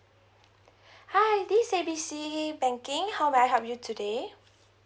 hi this is A B C banking how may I help you today